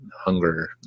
hunger